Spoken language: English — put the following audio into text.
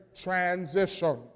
transition